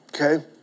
okay